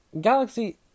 Galaxy